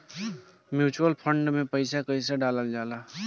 Mutual fund मे पईसा कइसे डालल जाला?